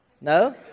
no